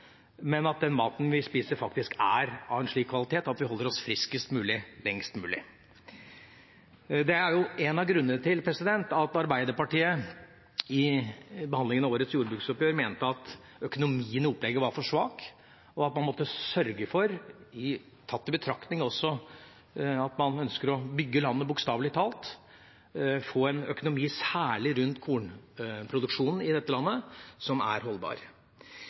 men at den maten vi spiser, faktisk er av en slik kvalitet at vi holder oss friskest mulig lengst mulig. Dette er en av grunnene til at Arbeiderpartiet i behandlinga av årets jordbruksoppgjør mente at økonomien i opplegget var for svak, og at man måtte sørge for – også tatt i betraktning at man ønsker å bygge landet, bokstavelig talt – å få en økonomi i dette landet som er holdbar,